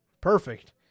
perfect